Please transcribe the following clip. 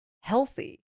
healthy